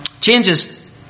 Changes